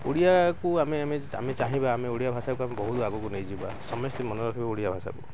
ଓଡ଼ିଆକୁ ଆମେ ଆମେ ଚାହିଁବା ଆମେ ଓଡ଼ିଆ ଭାଷାକୁ ଆମେ ବହୁତ ଆଗକୁ ନେଇଯିବା ସମସ୍ତେ ମନେ ରଖିବେ ଓଡ଼ିଆ ଭାଷାକୁ